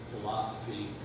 philosophy